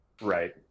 Right